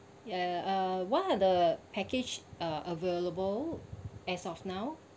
ya uh what are the package uh available as of now